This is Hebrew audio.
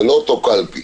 זה לא אותו קלפי.